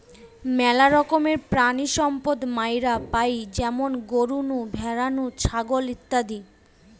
মেলা রকমের প্রাণিসম্পদ মাইরা পাই যেমন গরু নু, ভ্যাড়া নু, ছাগল ইত্যাদি